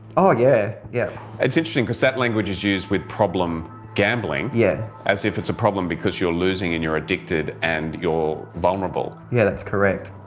oh, yeah. yeah. it's interesting that language is used with problem gambling. yeah. as if it's a problem because you're losing and you're addicted and your vulnerable. yeah, that's correct.